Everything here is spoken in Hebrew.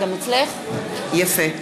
בעד